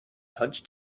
hunched